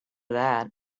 that